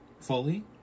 fully